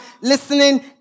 listening